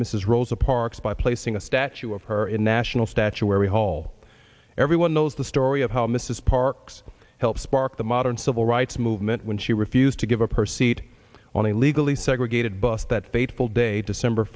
mrs rosa parks by placing a statue of her in national statuary hall everyone knows the story of how mrs parks helped spark the modern civil rights movement when she refused to give up her seat on a legally segregated bus that fateful day december